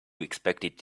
expected